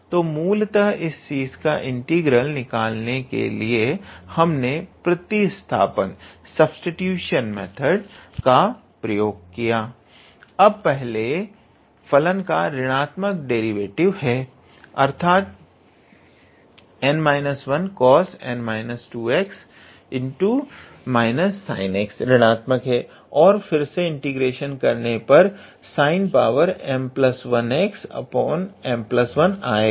तो मूलतः इस चीज का इंटीग्रल निकालने के लिए हमने प्रतिस्थापन विधि का प्रयोग किया अब पहले फलन का ऋणात्मक डेरिवेटिव है अर्थात 𝑛 − 1cos𝑛−2𝑥−𝑠𝑖𝑛𝑥 और फिर से इंटीग्रेशन करने पर sinm1xm1 आएगा